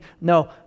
No